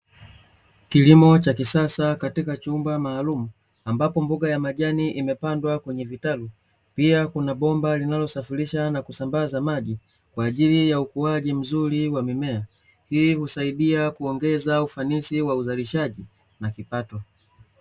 Kilimo cha kisasa katika chumba maalumu , ambapo mboga ya majani imepandwa kwenye vitalu, pia kuna bomba linalosafirisha na kusambaza maji kwa ajili ya ukuaji mzuri wa mimea , hii husaidia kuongeza ufanisi wa uzalishaji na kipato.